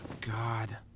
God